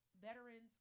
veterans